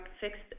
fixed